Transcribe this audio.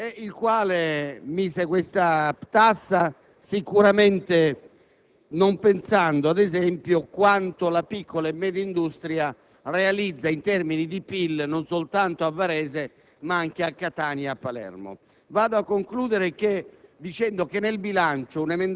si autorizzano investimenti nei confronti della grande impresa, non pensando che invece esiste una piccola e media industria che in questo momento soffre sia al Sud che al Nord Italia. L'IRAP è quella tassa malefica